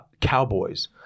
cowboys